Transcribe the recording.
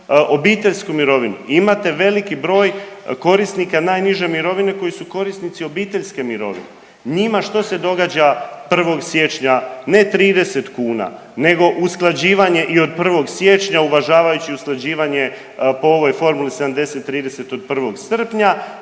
obiteljsku mirovinu. Imate veliki broj korisnika najniže mirovine koji su korisnici obiteljske mirovine. Njima što se događa 1. siječnja ne 30 kuna, nego usklađivanje i od 1. siječnja uvažavajući usklađivanje po ovoj formuli 70, 30 od 1. srpnja,